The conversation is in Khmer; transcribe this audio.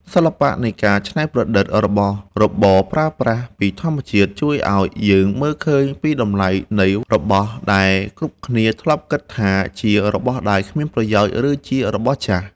សិល្បៈនៃការច្នៃប្រឌិតរបស់របរប្រើប្រាស់ពីធម្មជាតិ ជួយឱ្យយើងមើលឃើញពីតម្លៃនៃរបស់ដែលគ្រប់គ្នាធ្លាប់គិតថាជារបស់ដែលគ្មានប្រយោជន៍ ឬ ជារបស់ចាស់។